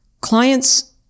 clients